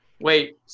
Wait